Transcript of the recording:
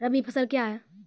रबी फसल क्या हैं?